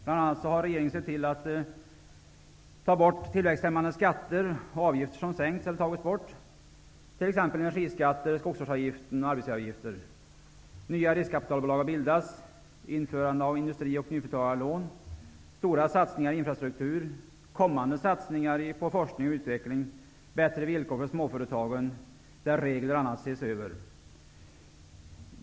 Bl.a. har regeringen sett till: --att tillväxthämmande skatter tagits bort och att avgifter sänkts eller tagits bort -- t.ex. --att nya riskkapitalbolag har bildats, --att industri och nyföretagarlån har införts, --att stora satsningar på infrastrukturen gjorts, --att det blir satsningar på forskning och utveckling och --att villkoren för småföretagen blir bättre och att t.ex. olika regler ses över.